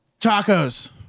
tacos